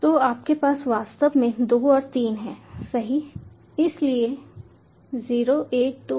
तो आपके पास वास्तव में 2 और 3 हैं सही इसलिए 0 1 2 3